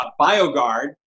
BioGuard